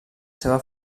seva